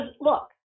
look